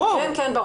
ברור.